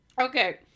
Okay